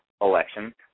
election